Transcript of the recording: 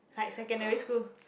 like secondary school